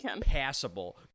passable